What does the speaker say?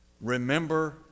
remember